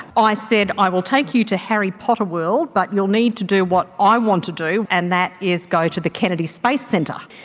ah i said i will take you to harry potter world but you'll need to do what i want to do and that is go to the kennedy space centre.